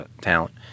talent